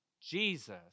Jesus